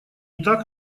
так